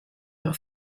per